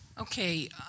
Okay